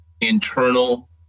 internal